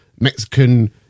mexican